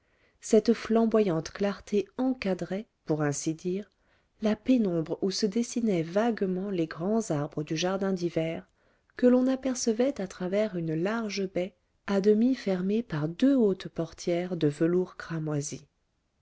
cette flamboyante clarté encadrait pour ainsi dire la pénombre où se dessinaient vaguement les grands arbres du jardin d'hiver que l'on apercevait à travers une large baie à demi fermée par deux hautes portières de velours cramoisi